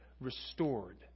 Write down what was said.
restored